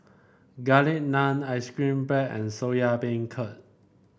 Garlic Naan ice cream bread and Soya Beancurd